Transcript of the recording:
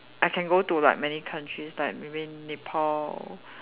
I can go to like many countries like maybe Nepal